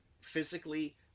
physically